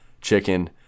chicken